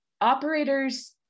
operators